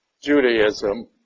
Judaism